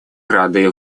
рады